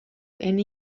ene